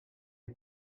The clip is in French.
des